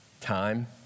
time